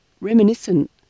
reminiscent